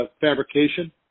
fabrication